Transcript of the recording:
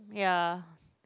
ya